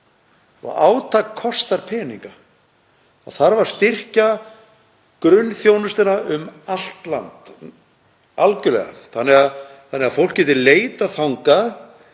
Átak kostar peninga. Það þarf að styrkja grunnþjónustuna um allt land, algerlega, þannig að fólk geti leitað þangað.